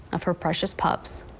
of her precious pop. so